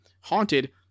haunted